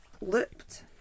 looped